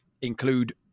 include